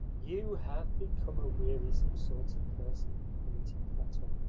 you have become a wearisome sort of person, commented platon,